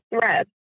thread